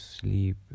sleep